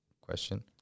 question